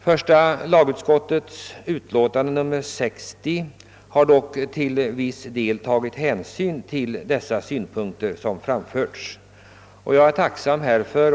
Första lagutskottet har dock i sitt utlåtande nr 60 till viss del tagit hänsyn till de i motionen framförda synpunkterna, och jag är tacksam därför.